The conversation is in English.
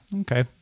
okay